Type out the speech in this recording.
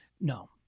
No